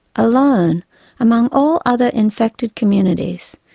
alone among all other infected communities,